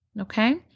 Okay